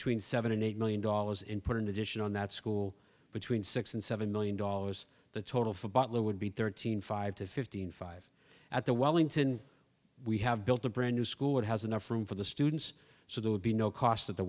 tween seven eight million dollars input in addition on that school between six and seven million dollars the total for butler would be thirteen five to fifteen five at the wellington we have built a brand new school that has enough room for the students so there would be no cost at the